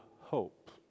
hope